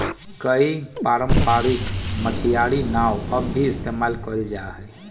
कई पारम्परिक मछियारी नाव अब भी इस्तेमाल कइल जाहई